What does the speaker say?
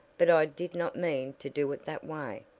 but i did not mean to do it that way.